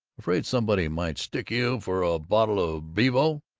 afraid somebody might stick you for a bottle of bevo,